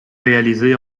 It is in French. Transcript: réalisés